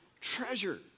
treasure